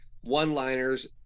one-liners